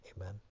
Amen